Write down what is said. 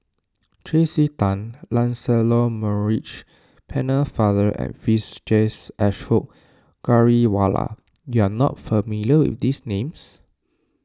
Tracey Tan Lancelot Maurice Pennefather and Vijesh Ashok Ghariwala you are not familiar with these names